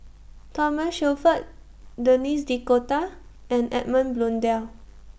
Thomas Shelford Denis D'Cotta and Edmund Blundell